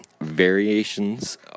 variations